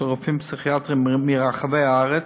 רופאים פסיכיאטריים מרחבי הארץ,